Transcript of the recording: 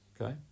okay